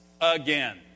again